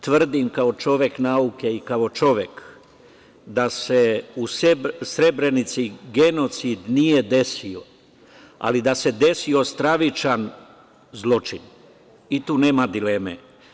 Tvrdim kao čovek nauke i kao čovek da se u Srebrenici gonocid nije desio, ali da se desio stravičan zločin i tu nema dileme.